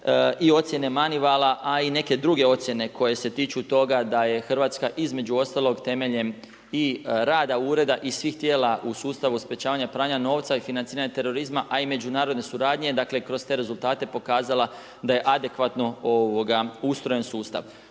i ocjene Moneyvala, a i neke druge ocjene koje se tiču toga da je Hrvatska između ostalog temeljem i rada ureda i svih tijela u sustavu sprečavanja pranja novca i financiranja terorizma, a i međunarodne suradnje kroz te rezultate pokazala da je adekvatno ustrojen sustav.